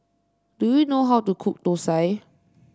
do you know how to cook thosai